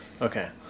Okay